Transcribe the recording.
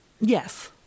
Yes